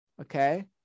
okay